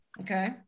Okay